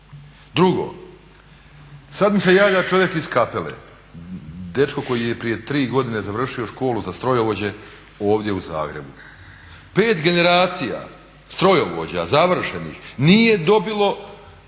Drugo. Sada mi se javlja čovjek iz Kapele dečko koji je prije tri godine završio školu za strojovođe ovdje u Zagrebu. Pet generacija strojovođa završenih nije dobilo